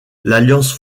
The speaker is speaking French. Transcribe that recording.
l’alliance